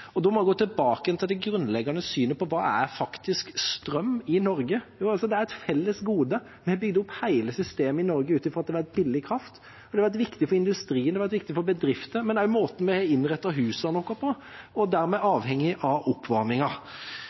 Da må jeg gå tilbake igjen til det grunnleggende synet på hva strøm faktisk er i Norge. Jo, det er et felles gode. Vi har bygd opp hele systemet i Norge ut fra at det har vært billig kraft. Det har vært viktig for industrien, det har vært viktig for bedriftene, men også for måten vi har innrettet husene våre på, og dermed er avhengig av